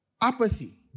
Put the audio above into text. Apathy